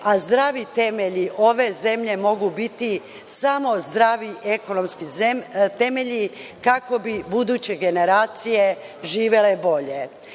a zdravi temelji ove zemlje mogu biti samo zdravi ekonomski temelji kako bi buduće generacije živele bolje. Takođe